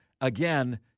again